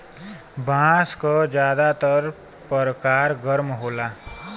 बांस क जादातर परकार गर्म होला